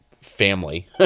family